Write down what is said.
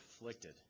afflicted